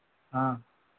हाँ